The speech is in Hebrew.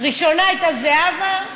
ראשונה הייתה זהבה,